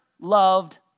loved